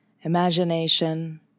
imagination